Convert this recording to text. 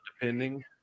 depending